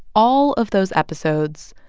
all of those episodes,